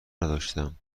نداشتم